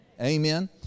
Amen